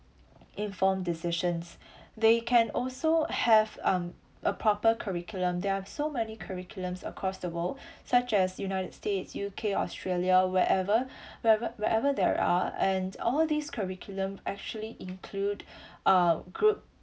informed decisions they can also have um a proper curriculum there are so many curriculum across the world such as united states U_K australia wherever whereve~ wherever there are and all these curriculum actually include uh group